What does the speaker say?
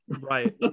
Right